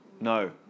No